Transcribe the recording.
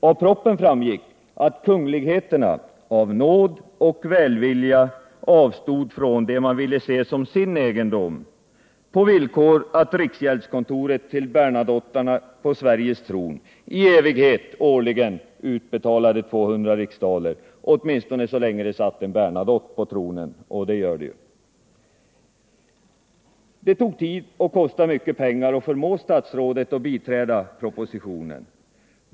Av propositionen framgick att kungligheterna av nåd och välvilja avstod från det man ville se som ”sin” egendom, på villkor att riksgäldskontoret till Bernadotterna på Sveriges tron i evighet årligen utbetalade 200000 riksdaler, åtminstone så länge det satt en Bernadotte på tronen — och det gör det ju nu. Det tog tid och kostade mycket pengar att förmå statsrådet att biträda propositionen.